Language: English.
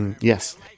Yes